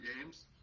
games